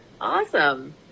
awesome